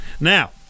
Now